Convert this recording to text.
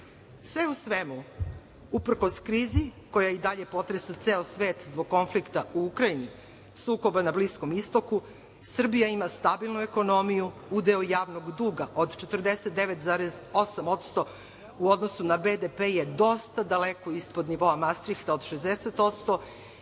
u svemu, uprkos krizi koja i dalje potresa ceo svet zbog konflikta u Ukrajini, sukoba na Bliskom Istoku, Srbija ima stabilnu ekonomiju, udeo javnog duga od 49,8% u odnosu na BDP je dosta daleko ispod nivoa Mastrihta od 60%